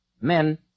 Men